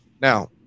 Now